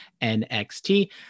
NXT